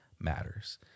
matters